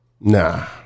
nah